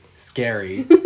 scary